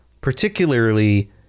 Particularly